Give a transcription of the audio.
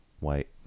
white